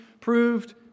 proved